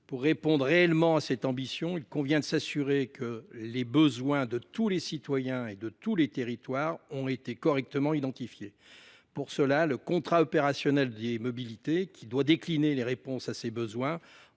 Pour répondre réellement à cette ambition, il convient de s'assurer que les besoins de tous les citoyens et de tous les ont été correctement identifiés pour cela le contrat opérationnel des mobilités qui doit décliner les réponses à ces besoins